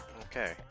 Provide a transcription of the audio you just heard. Okay